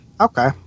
okay